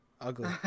ugly